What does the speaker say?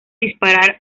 disparar